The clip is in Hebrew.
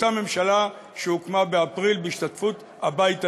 באותה ממשלה שהוקמה באפריל בהשתתפות הבית היהודי.